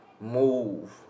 move